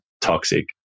toxic